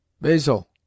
Basil